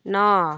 ନଅ